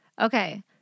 Okay